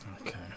Okay